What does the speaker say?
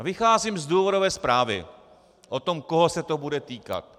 Vycházím z důvodové zprávy o tom, koho se to bude týkat.